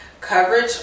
coverage